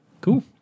Cool